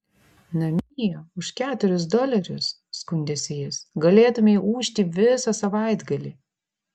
namie už keturis dolerius skundėsi jis galėtumei ūžti visą savaitgalį